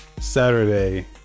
saturday